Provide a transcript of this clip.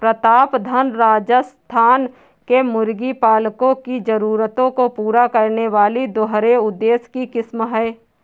प्रतापधन राजस्थान के मुर्गी पालकों की जरूरतों को पूरा करने वाली दोहरे उद्देश्य की किस्म है